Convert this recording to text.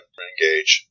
engage